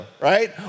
right